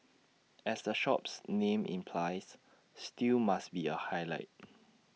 as the shop's name implies stew must be A highlight